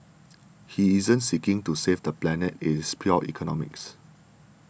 he isn't seeking to save the planet it's pure economics